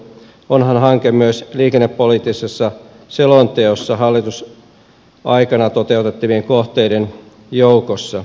onhan hanke myös liikennepoliittisessa selonteossa hallituskaudella toteutettavien kohteiden joukossa